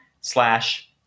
slash